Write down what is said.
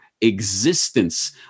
existence